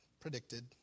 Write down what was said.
predicted